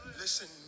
listen